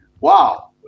Wow